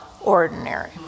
ordinary